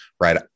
right